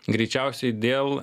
greičiausiai dėl